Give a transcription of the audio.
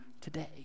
today